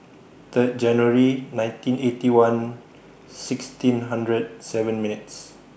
Third January nineteen Eighty One sixteen hundred seven minutes